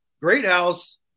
Greathouse